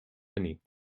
beneath